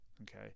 okay